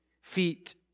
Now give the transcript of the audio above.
feet